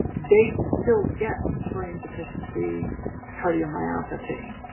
they still get taurine deficiency cardiomyopathy.